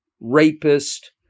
rapist